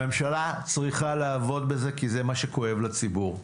הממשלה צריכה לעבוד בזה, כי זה מה שכואב לציבור.